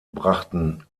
brachten